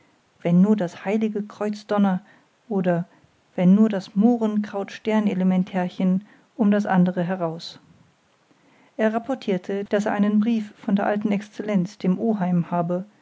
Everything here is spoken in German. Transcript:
wenn nur das heilige kreuz donner oder wenn nur das mohren kraut stern elementerchen um das andere heraus er rapportierte daß er einen brief von der alten exzellenz dem oheim habe